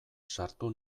sartu